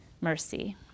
mercy